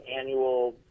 annual